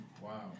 Wow